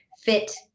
fit